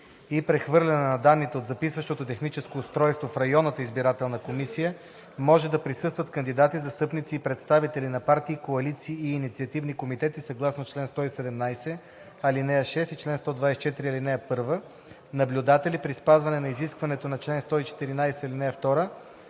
и прехвърляне на данните от записващото техническо устройство в общинската избирателна комисия може да присъстват кандидати, застъпници и представители на партии, коалиции и инициативни комитети съгласно чл. 117, ал. 6 и чл. 124, ал. 1, наблюдатели – при спазване изискването на чл. 114, ал. 2,